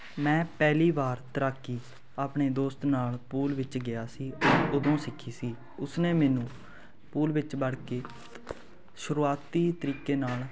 ਮੈਂ ਪਹਿਲੀ ਵਾਰ ਤੈਰਾਕੀ ਆਪਣੇ ਦੋਸਤ ਨਾਲ ਪੂਲ ਵਿੱਚ ਗਿਆ ਸੀ ਉੱਦੋਂ ਸਿੱਖੀ ਸੀ ਉਸ ਨੇ ਮੈਨੂੰ ਪੂਲ ਵਿੱਚ ਵੜ ਕੇ ਸ਼ੁਰੂਆਤੀ ਤਰੀਕੇ ਨਾਲ